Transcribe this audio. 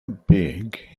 big